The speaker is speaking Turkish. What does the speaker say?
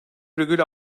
virgül